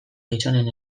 gizonen